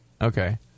Okay